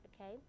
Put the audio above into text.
okay